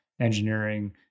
engineering